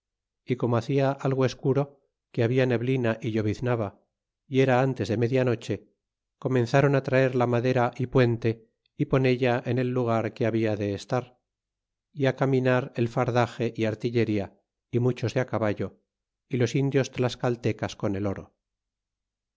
y como hacia algo escuro que habla neblina é lloviznaba y era ntes de media noche comenzron á traer la madera é puente y poncha en el lugar que habla de estar y á caminar el fardaxe y artillería y muchos de caballo y los indios tlascaltecas con cloro